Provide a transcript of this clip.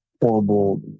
horrible